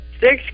six